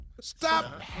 Stop